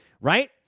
Right